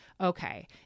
okay